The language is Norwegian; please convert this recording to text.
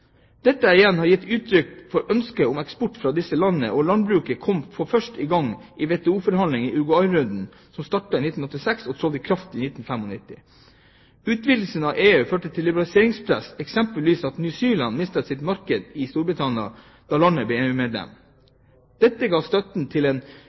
igjen gitt seg uttrykk i et ønske om eksport fra disse landene, og landbruket kom for første gang med i WTO-forhandlingene i Uruguay-runden som startet i 1986 og trådte i kraft i 1995. Utvidelsen av EU førte til økt liberaliseringspress, eksempelvis ved at New Zealand mistet sitt marked i Storbritannia da landet ble EU-medlem. Dette ga støtet til en